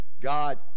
God